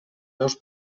meus